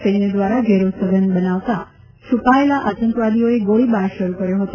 સૈન્ય દ્વારા ઘેરો સઘન બનાવતા છુપાયેલા આતંકવાદીઓએ ગોળીબાર શરૂ કર્યો હતો